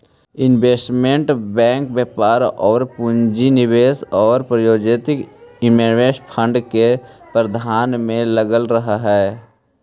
investment bank व्यापार आउ पूंजी निवेश आउ प्रायोजित इन्वेस्टमेंट फंड के प्रबंधन में लगल रहऽ हइ